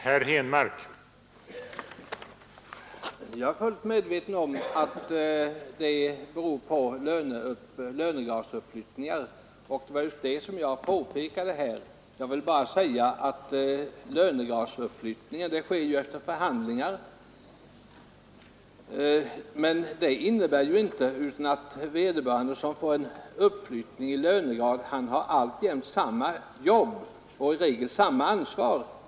Herr talman! Jag är fullt medveten om att olikheterna beror på lönegradsuppflyttningar, och det var just det jag pekade på. Men lönegradsuppflyttningar sker ju efter förhandlingar. Den som får uppflyttning i lönegrad har i regel samma jobb och i regel samma ansvar.